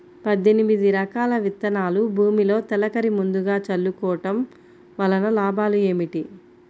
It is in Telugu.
పద్దెనిమిది రకాల విత్తనాలు భూమిలో తొలకరి ముందుగా చల్లుకోవటం వలన లాభాలు ఏమిటి?